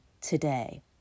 today